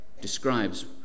describes